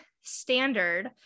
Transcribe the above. standard